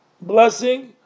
blessing